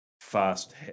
fast